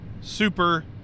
super